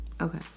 Okay